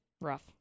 Rough